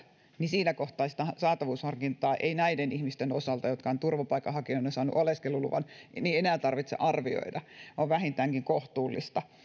niin siinä kohtaa sitä saatavuusharkintaa ei näiden ihmisten osalta jotka ovat turvapaikanhakijoina saaneet oleskeluluvan enää tarvitse tehdä ja se on vähintäänkin kohtuullista